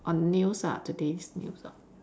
on news ah today's news ah